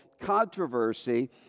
controversy